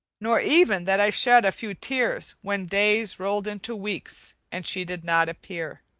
nor even that i shed a few tears when days rolled into weeks and she did not appear,